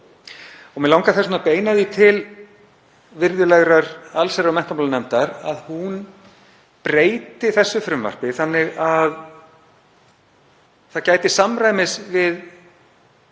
Mig langar þess vegna að beina því til virðulegrar allsherjar- og menntamálanefndar að hún breyti þessu frumvarpi þannig að það gæti samræmis við